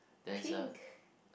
pink